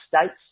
States